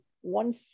one